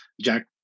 Jack